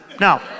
Now